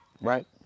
Right